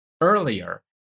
earlier